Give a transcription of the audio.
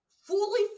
fully